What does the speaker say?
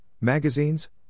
magazines